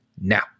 now